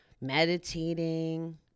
meditating